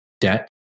debt